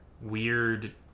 weird